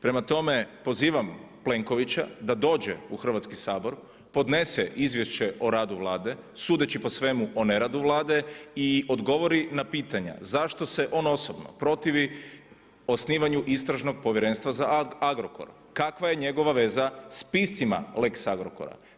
Prema tome, pozivam Plenkovića da dođe u Hrvatski sabor, podnese izvješće o radu Vlade, sudeći po svemu o neradu Vlade i odgovori na pitanja zašto se on osobno protivi osnivanju istražnog povjerenstva za Agrokor, kakva je njegova veza s piscima lex Agrokora?